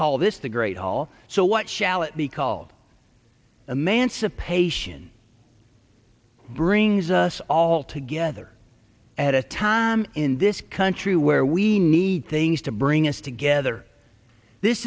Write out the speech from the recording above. call this the great hall so what shall it be called emancipation brings us all together at a time in this country where we need things to bring us together this